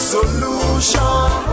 Solution